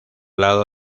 lado